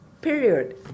period